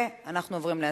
אנחנו עוברים להצבעה.